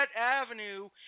Avenue